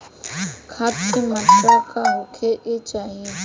खाध के मात्रा का होखे के चाही?